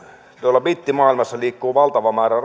tuolla bittimaailmassa liikkuu valtava määrä